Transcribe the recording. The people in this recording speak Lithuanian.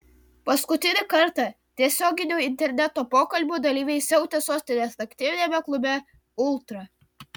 paskutinį kartą tiesioginių interneto pokalbių dalyviai siautė sostinės naktiniame klube ultra